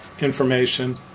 information